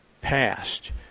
passed